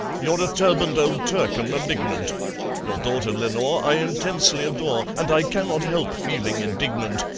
you're a turbaned old turk, and malignant your daughter lenore i intensely adore, and i cannot help feeling indignant,